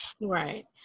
Right